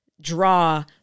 draw